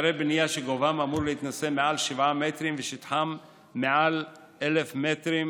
באתרי בנייה שגובהם אמור להתנשא מעל שבעה מטרים ושטחם מעל 1,000 מטרים,